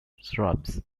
shrubs